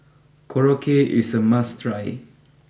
Korokke is a must try